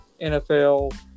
NFL